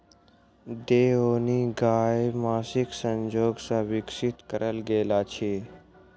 देओनी गाय महीसक संजोग सॅ विकसित कयल गेल अछि